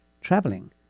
traveling